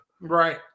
right